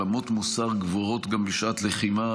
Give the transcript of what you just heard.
על אמות מוסר גבוהות גם בשעת לחימה,